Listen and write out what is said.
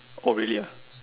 oh really ah